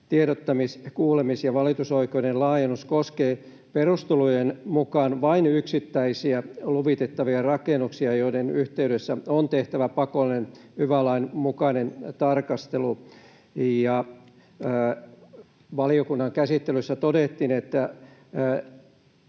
tiedottamis-, kuulemis- ja valitusoikeuden laajennus koskee perustelujen mukaan vain yksittäisiä luvitettavia rakennuksia, joiden yhteydessä on tehtävä pakollinen yva-lain mukainen tarkastelu”. Ja valiokunnan käsittelyssä todettiin, että